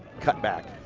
cutback.